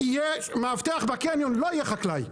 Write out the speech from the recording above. יהיה מאבטח בקניון, לא יהיה חקלאי.